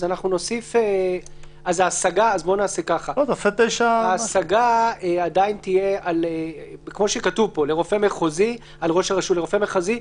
נעשה כך שההשגה עדיין תהיה כמו שכתוב פה: על ראש הרשת לרופא מחוזי.